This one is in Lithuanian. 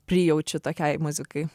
prijaučiu tokiai muzikai